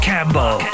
Campbell